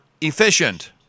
efficient